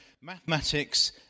mathematics